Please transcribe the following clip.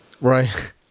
Right